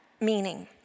meaning